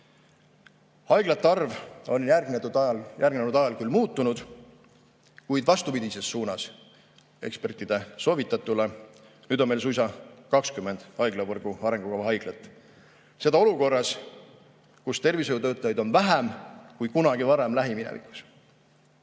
Haiglate arv on järgnenud ajal küll muutunud, kuid vastupidises suunas ekspertide soovitatule. Nüüd on meil suisa 20 haiglavõrgu arengukava haiglat. Seda olukorras, kus tervishoiutöötajaid on vähem kui kunagi varem lähiminevikus.